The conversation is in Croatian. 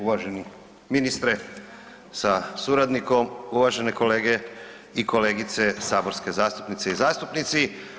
Uvaženi ministre sa suradnikom, uvažene kolegice i kolege saborske zastupnice i zastupnici.